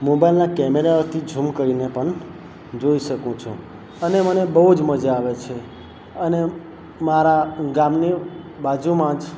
મોબાઇલના કેમેરાથી ઝુમ કરીને પણ જોઈ શકું છું અને મને બહુ જ મજા આવે છે અને મારા ગામની બાજુમાં જ